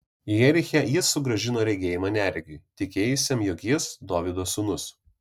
jeriche jis sugrąžino regėjimą neregiui tikėjusiam jog jis dovydo sūnus